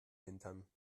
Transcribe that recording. hintern